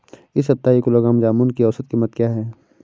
इस सप्ताह एक किलोग्राम जामुन की औसत कीमत क्या है?